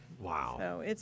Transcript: Wow